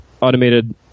automated